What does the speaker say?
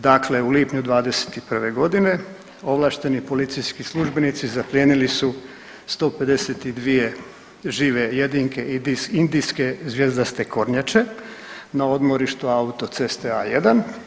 Dakle, u lipnju '21. godine ovlašteni policijski službenici zaplijenili su 152 žive jedinke indijske zvjezdaste kornjače na odmorištu autoceste A1.